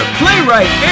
playwright